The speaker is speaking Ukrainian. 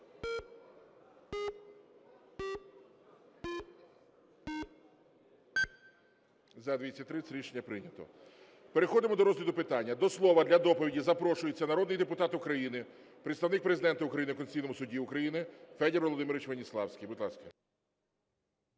За-230 Рішення прийнято. Переходимо до розгляду питання. До слова, для доповіді, запрошується народний депутат України представник Президента України в Конституційному Суді України Федір Володимирович Веніславський. Будь ласка.